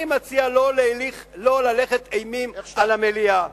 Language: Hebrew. אני מציע לא להלך אימים על המליאה.